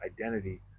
identity